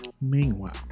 Meanwhile